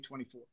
2024